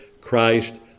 Christ